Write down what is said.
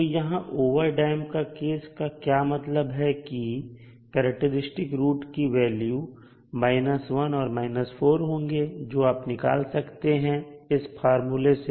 तो यहां over damp case का मतलब है कि करैक्टेरिस्टिक रूट के वैल्यू 1 और 4 होंगे जो आप निकाल सकते हैं इस फार्मूले से